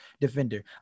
defender